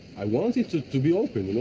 i want it ah to be open, you know,